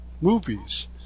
movies